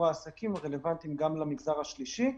העסקים הם רלוונטיים גם למגזר השלישי,